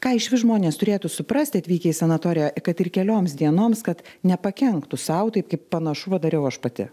ką išvis žmonės turėtų suprasti atvykę į sanatoriją kad ir kelioms dienoms kad nepakenktų sau taip kaip panašu padariau aš pati